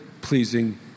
pleasing